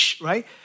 right